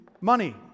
money